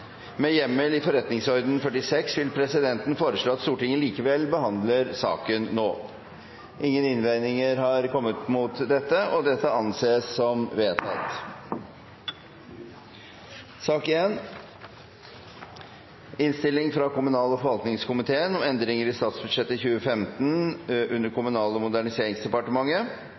Med hjemmel i forretningsordenen § 46 vil presidenten foreslå at Stortinget likevel behandler saken nå. – Det anses vedtatt. Saken gjelder en tilleggsbevilgning, en endring i statsbudsjettet,